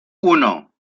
uno